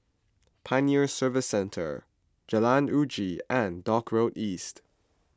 Pioneer Service Centre Jalan Uji and Dock Road East